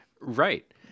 Right